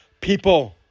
people